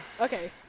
Okay